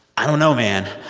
i don't know, man.